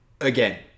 again